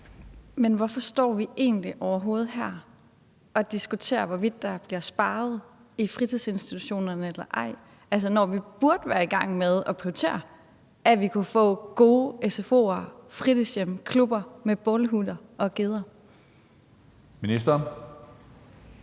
Men hvorfor står vi egentlig overhovedet her og diskuterer, hvorvidt der bliver sparet i fritidsinstitutionerne eller ej, når vi burde være i gang med at prioritere at få gode sfo’er og fritidshjem og klubber med bålhytter og geder? Kl.